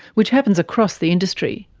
which happens across the industry.